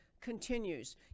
Continues